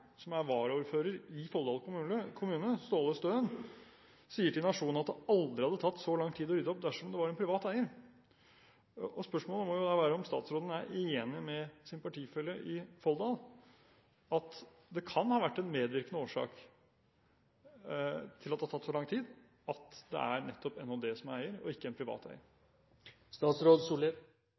som er varaordfører i Folldal kommune, Ståle Støen, sier til Nationen at det aldri hadde tatt så lang tid å rydde opp dersom det var en privat eier. Spørsmålet må jo da være om statsråden er enig med sin partifelle i Folldal i at det kan ha vært en medvirkende årsak til at det har tatt så lang tid, at det er nettopp NHD som er eier, og at det ikke er en privat